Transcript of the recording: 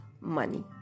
money